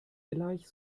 gleich